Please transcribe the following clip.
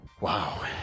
Wow